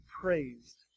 praised